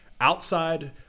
Outside